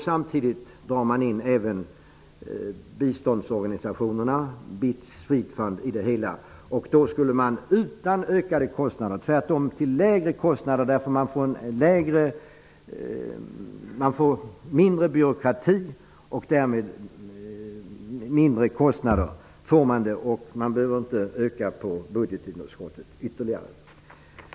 Samtidigt drar man in även biståndsorganisationerna BITS och SWEDEFUND i det hela. Då skulle man inte få ökade kostnader, utan tvärtom lägre kostnader därför att man får mindre byråkrati. Man skulle inte behöva ytterligare öka på budgetunderskottet.